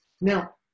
Now